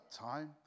time